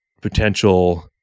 potential